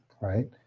right